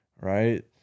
right